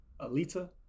Alita